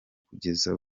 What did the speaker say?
kugeza